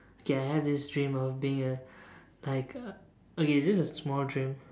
okay I have this dream of being a like a okay this is a small dream